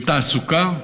ותעסוקה.